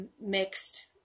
mixed